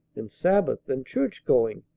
and sabbath, and churchgoing,